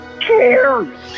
cares